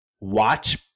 Watch